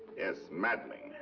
yes, maddening!